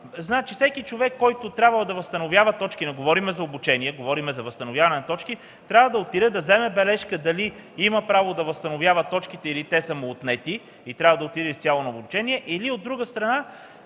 има. Всеки, който трябва да възстановява точки – не говорим за обучение, а за възстановяване на точки – трябва да отиде и да вземе бележка дали има право да възстановява точки или те са му отнети и трябва да отиде отново на обучение, или пък ако има право,